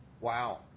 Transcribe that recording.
Wow